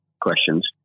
questions